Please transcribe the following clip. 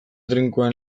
trinkoen